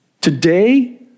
Today